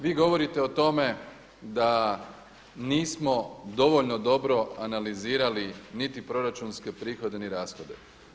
Vi govorite o tome da nismo dovoljno dobro analizirali niti proračunske prihode ni rashode.